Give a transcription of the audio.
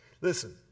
Listen